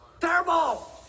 Terrible